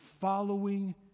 following